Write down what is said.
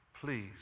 please